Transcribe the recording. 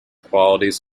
qualities